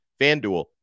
FanDuel